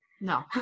No